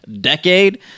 decade